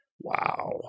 wow